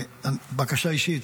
בקשה אישית,